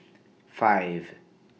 five